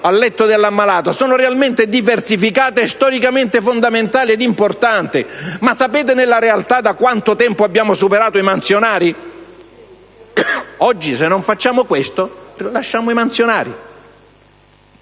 al letto dell'ammalato sono realmente diversificati e storicamente fondamentali e importanti. Nella realtà, sapete da quanto tempo abbiamo superato i mansionari? Oggi, se non facciamo questo, lasciamo i mansionari.